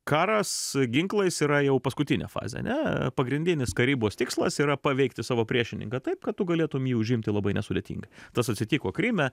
karas ginklais yra jau paskutinė fazė ane pagrindinis karybos tikslas yra paveikti savo priešininką taip kad tu galėtum jį užimti labai nesudėtingai tas atsitiko kryme